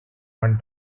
one